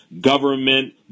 government